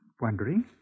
Wondering